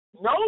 No